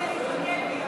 רואים שאתה רוצה להתמקד בי,